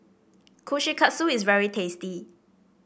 Kushikatsu is very tasty